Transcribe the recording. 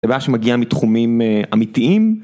זה בנאדם שמגיע מתחומים אמיתיים